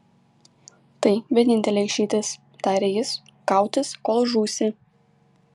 tai vienintelė išeitis tarė jis kautis kol žūsi